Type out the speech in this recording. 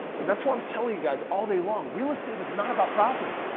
and that's what i'm telling you guys all day long. real estate is not about property.